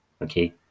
okay